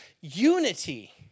unity